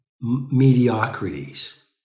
mediocrities